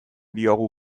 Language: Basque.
diogu